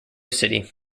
city